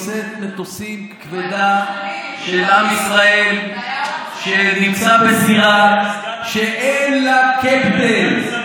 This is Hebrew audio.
כבדה, של עם ישראל, שנמצא בסירה שאין לה קפטן.